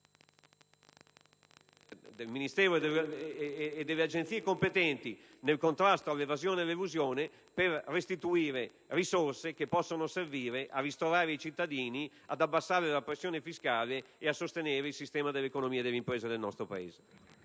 del Ministero e delle Agenzie competenti nel contrasto all'evasione e all'elusione, per restituire risorse che possono servire a ristorare i cittadini, abbassare la pressione fiscale e sostenere il sistema dell'economia e delle imprese nel nostro Paese.